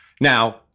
Now